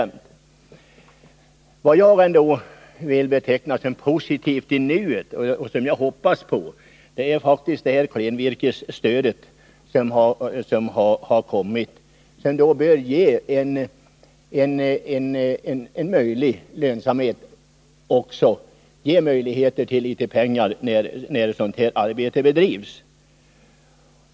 Något som jag ändå vill beteckna som positivt i nuet och som jag hoppas på är faktiskt klenvirkesstödet, som nu har införts och som bör kunna ge bättre lönsamhet för skogen. Det ger möjligheter till litet pengar när sådant här arbete bedrivs.